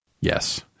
Yes